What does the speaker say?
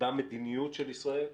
במדיניות של ישראל,